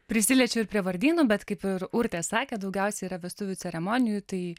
prisiliečiu ir prie vardynų bet kaip ir urtė sakė daugiausiai yra vestuvių ceremonijų tai